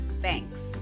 Thanks